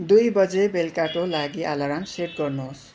दुई बजे बेलुकाको लागि अलार्म सेट गर्नु होस्